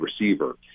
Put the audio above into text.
receiver –